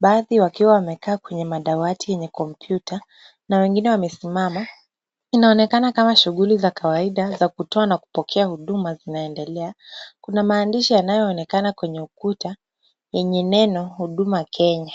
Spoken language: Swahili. baadhi wakiwa wamekaa kwenye madawati yenye kompyuta, na wengine wamesimama. Inaonekana kama shughuli za kawaida za kutoa na kupokea huduma, zinaendelea. Kuna maandishi yanayonekana kwenye ukuta yenye neno Huduma kenya.